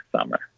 summer